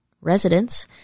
residents